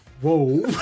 whoa